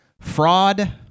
Fraud